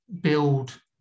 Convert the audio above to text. build